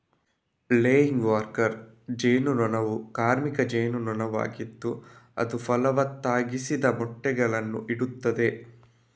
laying worker ಜೇನು ನೊಣವು ಕಾರ್ಮಿಕ ಜೇನು ನೊಣವಾಗಿದ್ದು ಅದು ಫಲವತ್ತಾಗಿಸದ ಮೊಟ್ಟೆಗಳನ್ನ ಇಡ್ತದೆ